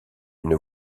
une